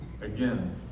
again